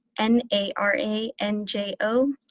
n a r a n j o.